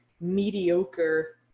mediocre